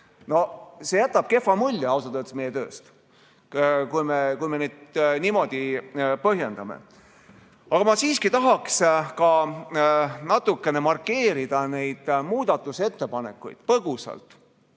mulje meie tööst, kui me niimoodi põhjendame. Aga ma siiski tahaks ka natukene markeerida neid muudatusettepanekuid, põgusalt,